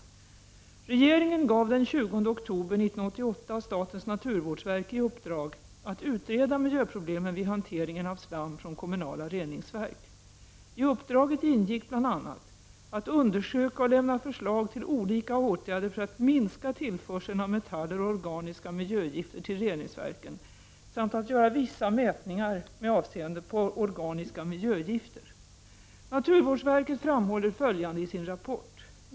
EE SE RE Regeringen gav den 20 oktober 1988 statens naturvårdsverk i uppdrag att utreda miljöproblemen vid hanteringen av slam från kommunala reningsverk. I uppdraget ingick bl.a. att undersöka och lämna förslag till olika åtgärder för att minska tillförseln av metaller och organiska miljögifter till reningsverken samt att göra vissa mätningar med avseende på organiska miljögifter. Naturvårdsverket framhåller följande i sin rapport.